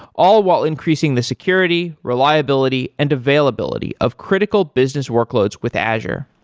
all while increasing the security, reliability and availability of critical business workloads with azure.